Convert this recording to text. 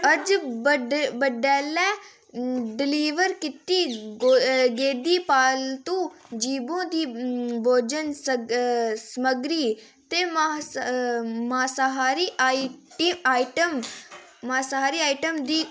अज्ज बड़ैलै डलीवर कीती गेदी पालतू जीवें दी भोजन समग्री ते मासाहारी आइटम दी